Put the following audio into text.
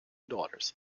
daughters